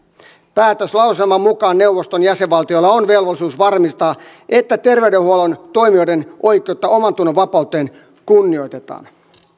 päätöslauselman mukaan neuvoston jäsenvaltioilla on velvollisuus varmistaa että terveydenhuollon toimijoiden oikeutta omantunnonvapauteen kunnioitetaan